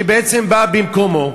שהיא בעצם באה במקומו.